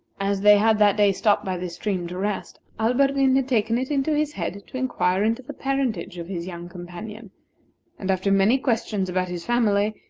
as they had that day stopped by this stream to rest, alberdin had taken it into his head to inquire into the parentage of his young companion and after many questions about his family,